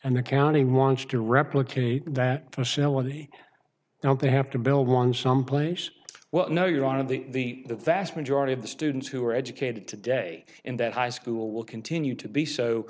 and the county wants to replicate that facility now they have to build one someplace well no you're out of the vast majority of the students who are educated today in that high school will continue to be so